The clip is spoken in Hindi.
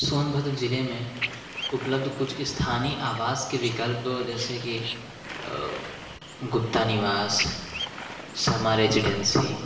सोनभद्र ज़िले में उपलब्ध कुछ स्थानीय आवास के विकल्प जैसे कि गुप्ता निवास शर्मा रेजीडेंसी